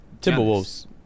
Timberwolves